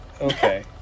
Okay